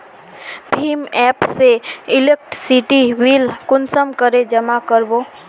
भीम app से electricity bill कुंसम करे जमा कर बो?